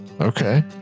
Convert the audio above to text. okay